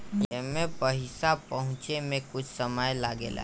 एईमे पईसा पहुचे मे कुछ समय लागेला